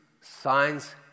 signs